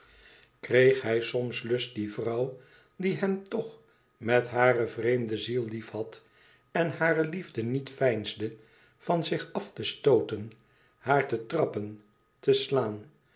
kreeg hij soms lust die vrouw die hem toch met hare vreemde ziel liefhad en hare liefde niet veinsde van zich af te stooten haar te trappen te slaan